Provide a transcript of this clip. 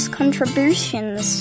contributions